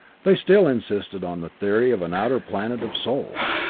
they still insisted on the theory of an outer planet of sol.